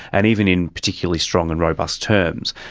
and even in particularly strong and robust terms.